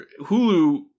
Hulu